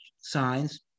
signs